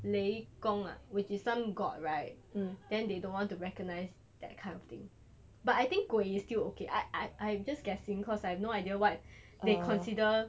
雷公 ah which is some god right then they don't want to recognise that kind of thing but I think 鬼 is still okay I I just guessing cause I have no idea what they consider